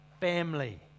family